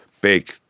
big